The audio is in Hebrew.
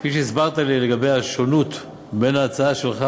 כפי שהסברת לי לגבי השוני בין ההצעה שלך